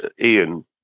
ian